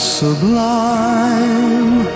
sublime